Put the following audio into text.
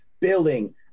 building